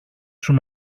σου